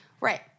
Right